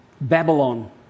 Babylon